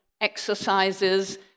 exercises